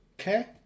Okay